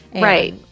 right